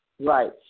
Right